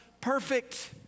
perfect